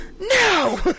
no